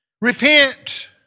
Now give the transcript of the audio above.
repent